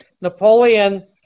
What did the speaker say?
Napoleon